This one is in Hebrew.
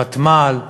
וותמ"ל ואכמ"ל,